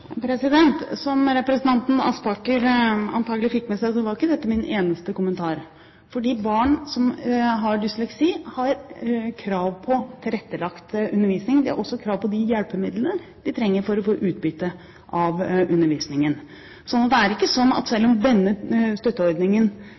Som representanten Aspaker antakelig fikk med seg, var ikke dette min eneste kommentar. Barn som har dysleksi, har krav på tilrettelagt undervisning. De har også krav på de hjelpemidlene de trenger for å få utbytte av undervisningen. Så det er ikke sånn at selv